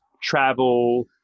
travel